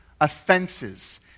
offenses